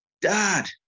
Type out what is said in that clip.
Dad